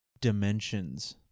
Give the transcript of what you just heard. dimensions